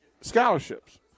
scholarships